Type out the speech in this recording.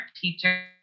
teacher